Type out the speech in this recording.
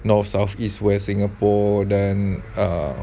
north south east west singapore dan err